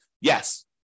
Yes